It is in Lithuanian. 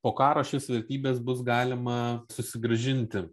po karo šis vertybės bus galima susigrąžinti